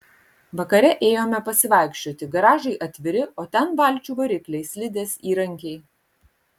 vakare ėjome pasivaikščioti garažai atviri o ten valčių varikliai slidės įrankiai